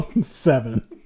Seven